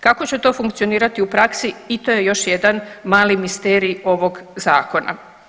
Kako će to funkcionirati u praksi i to je još jedan mali misterij ovog zakona.